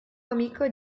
amico